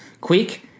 quick